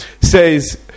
says